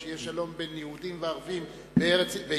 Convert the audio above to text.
כשיהיה שלום בין יהודים לערבים בישראל,